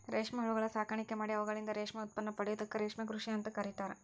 ರೇಷ್ಮೆ ಹುಳಗಳ ಸಾಕಾಣಿಕೆ ಮಾಡಿ ಅವುಗಳಿಂದ ರೇಷ್ಮೆ ಉತ್ಪನ್ನ ಪಡೆಯೋದಕ್ಕ ರೇಷ್ಮೆ ಕೃಷಿ ಅಂತ ಕರೇತಾರ